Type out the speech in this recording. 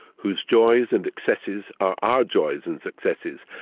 whose joys and successes are our joys and successes,